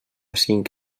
cinc